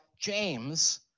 James